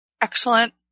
Excellent